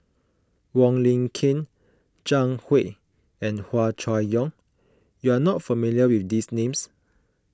Wong Lin Ken Zhang Hui and Hua Chai Yong you are not familiar with these names